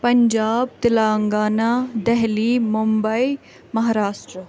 Punjab Telangana Delhi Mumbai Maharashtra